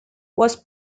was